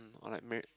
or like married